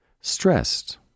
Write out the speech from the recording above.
stressed